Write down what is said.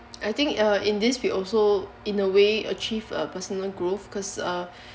I think uh in this we also in a way achieve a personal growth because uh